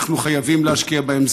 אנחנו חייבים להשקיע בהם.